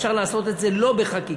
אפשר לעשות את זה לא בחקיקה,